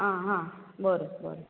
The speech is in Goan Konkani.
आं हां बरें बरें